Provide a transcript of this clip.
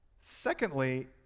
Secondly